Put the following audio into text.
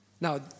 Now